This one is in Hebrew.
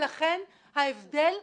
ולכן יש כאן הבדל חשוב,